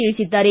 ತಿಳಿಸಿದ್ದಾರೆ